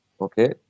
okay